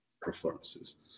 performances